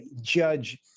judge